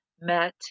met